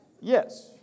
yes